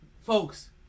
Folks